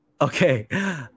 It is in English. Okay